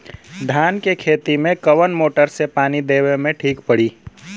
धान के खेती मे कवन मोटर से पानी देवे मे ठीक पड़ी?